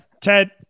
Ted